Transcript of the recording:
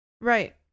Right